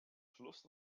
schluss